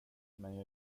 men